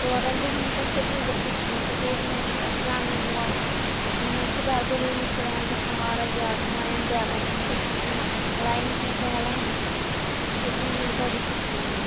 ژورَن دۄہَن پٮ۪ٹھ ہیٚکہِ نہٕ گٔژھِتھ کینٛہہ تِکیازِ یِمَن چھُ ایکزام یِنہٕ وول یِمَن چھِ دَربٔدٔری شُرٮ۪ن گژھان واراہ زیادٕ مایِنٛڈ ڈَلان یِم چھِ پنٛنہِ لاینہِ پٮ۪ٹھ ڈَلان ہیٚکہِ نہٕ یوٗتاہ گٔژھِتھ کینٛہہ